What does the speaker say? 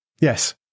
Yes